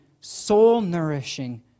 soul-nourishing